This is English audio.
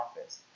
office